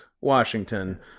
Washington